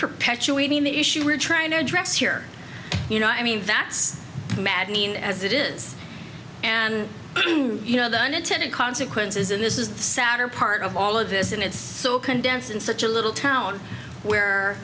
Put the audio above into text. perpetuating the issue we're trying to address here you know i mean that's mad mean as it is and you know the unintended consequences in this is the sadder part of all of this and it's so condensed and such a little town where